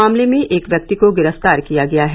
मामले में एक व्यक्ति को गिरफ्तार किया गया है